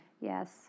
Yes